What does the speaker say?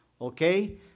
okay